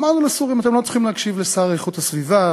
אמרנו לסורים: אתם לא צריכים להקשיב לשר לאיכות הסביבה,